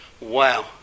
Wow